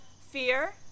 fear